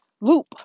Loop